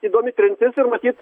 įdomi trintis ir matyt